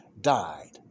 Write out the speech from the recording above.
died